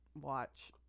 watch